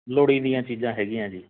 ਲੋੜੀਂਦੀਆਂ ਚੀਜ਼ਾਂ ਹੈਗੀਆਂ ਜੀ